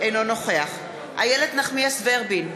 אינו נוכח איילת נחמיאס ורבין,